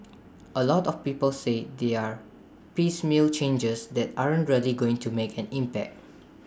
A lot of people say they are piecemeal changes that aren't really going to make an impact